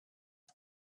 but